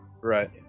Right